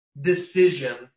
decision